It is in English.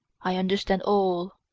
i understand all,